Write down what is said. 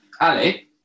Ali